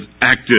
active